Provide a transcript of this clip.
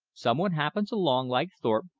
someone happens along, like thorpe,